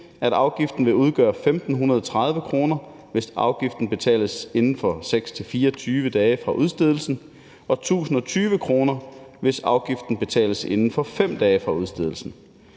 at afgiften vil udgøre 1.530 kr., hvis afgiften betales inden for 6 til 24 dage fra udstedelsen, og 1.020 kr., hvis afgiften betales inden for 5 dage fra udstedelsen.